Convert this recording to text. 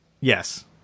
Yes